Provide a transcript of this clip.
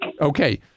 Okay